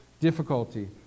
difficulty